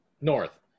North